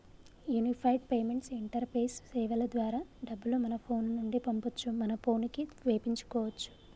unified payments interface సేవల ద్వారా డబ్బులు మన ఫోను నుండి పంపొచ్చు మన పోనుకి వేపించుకోచ్చు